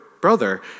brother